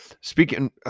speaking